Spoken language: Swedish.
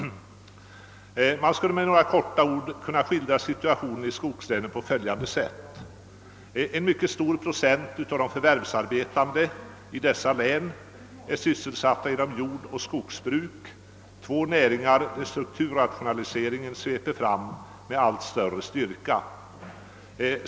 Man skulle med några korta ord kunna skildra situationen i skogslänen på följande sätt: En mycket stor procent av de förvärvsarbetande i dessa län är sysselsatta inom jordoch skogsbruk, två näringar där strukturrationaliseringen sveper fram med allt större styrka.